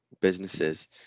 businesses